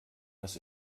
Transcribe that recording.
was